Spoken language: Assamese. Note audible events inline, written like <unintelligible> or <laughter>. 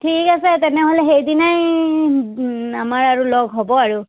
ঠিক আছে তেনেহ'লে সেইদিনাই <unintelligible> আমাৰ আৰু লগ হ'ব আৰু